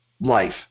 life